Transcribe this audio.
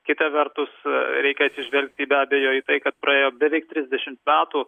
kita vertus reikia atsižvelgti be abejo į tai kad praėjo beveik trisdešimt metų